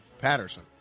Patterson